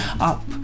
up